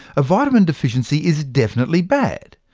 a vitamin deficiency is definitely bad.